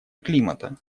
климата